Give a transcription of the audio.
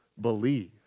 believe